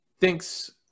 thinks